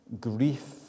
grief